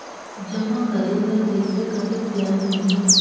जमा करे बर कइसे कतेक ब्याज मिलही?